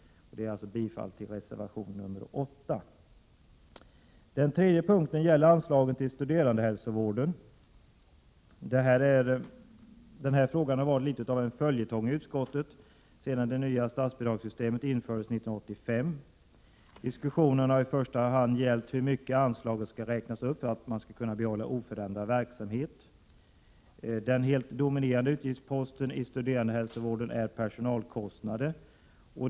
Jag yrkar bifall till reservation 8. Den tredje punkten gäller anslagen till studerandehälsovården. Den här frågan har varit litet av en följetong i utskottet sedan det nya statsbidragssystemet infördes 1985. Diskussionen har i första hand gällt hur mycket anslaget skall räknas upp för att man skall kunna behålla oförändrad verksamhet. Den helt dominerande utgiftsposten i studerandehälsovården är personalkostnader.